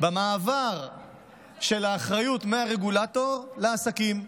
במעבר של האחריות מהרגולטור לעסקים.